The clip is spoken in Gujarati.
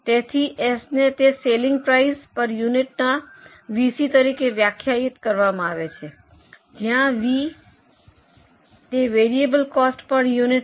તેથી એસને તે સેલલિંગ પ્રાઇસ પર યુનિટના વીસી તરીકે વ્યાખ્યાયિત કરવામાં આવે છે જ્યાં વી તે વેરીએબલ કોસ્ટ પર યુનિટ છે